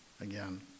again